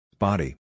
Body